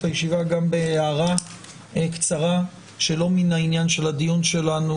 הישיבה גם בהערה קצרה שלא מן העניין של הדיון שלנו,